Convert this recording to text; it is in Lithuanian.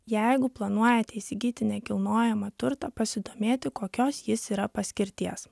jeigu planuojate įsigyti nekilnojamą turtą pasidomėti kokios jis yra paskirties